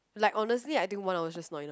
like honestly I think one of us just not enough